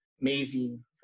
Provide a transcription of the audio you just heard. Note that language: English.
amazing